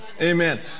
Amen